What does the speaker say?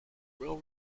well